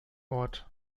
ort